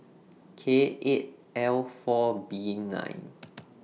K eight L four B nine